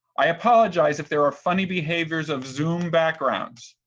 i apologize if there are funny behaviors of zoom backgrounds.